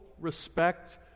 respect